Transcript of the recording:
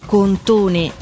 Contone